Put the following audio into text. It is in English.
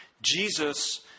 Jesus